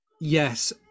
yes